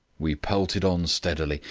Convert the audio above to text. we pelted on steadily,